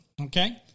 okay